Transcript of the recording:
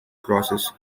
process